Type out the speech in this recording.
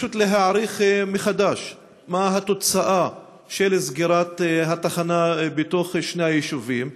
פשוט להעריך מחדש מה התוצאה של סגירת התחנה בתוך שני היישובים,